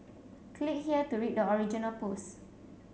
click here to read the original post